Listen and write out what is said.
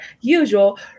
usual